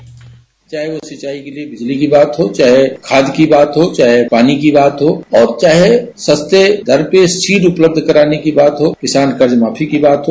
bite चाहे वह सिंचाई के लिए बिजली की बात हो चाहे खाद की बात हो चाहे पानी की बात हो सस्ते दर पर सीट उपलब्ध कराने की बात हो किसान कर्ज माफी की बात हो